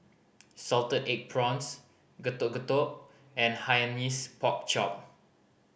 salted egg prawns Getuk Getuk and Hainanese Pork Chop